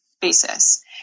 basis